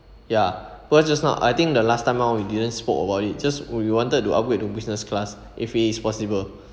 ya because just now I think the last time round we didn't spoke about it just we wanted to upgrade to business class if it is possible